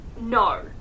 no